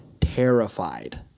terrified